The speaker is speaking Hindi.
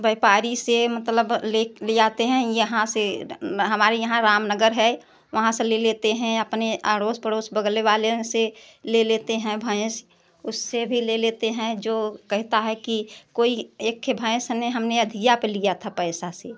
व्यापारी से मतलब ले लाते हैं यहाँ से हमारे यहाँ रामनगर है वहाँ से ले लेते हैं अपने अड़ोस पड़ोस बगले वालों से ले लेते हैं भैंस उससे भी ले लेते हैं जो कहता है कि कोई एक खे भैंस ने हमने अधिया पर लिया था पैसा से